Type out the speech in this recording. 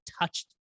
touched